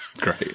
Great